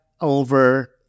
over